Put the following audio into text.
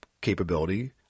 capability